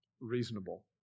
reasonable